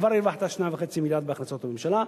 כבר הרווחת 2.5 מיליארד בהכנסות הממשלה,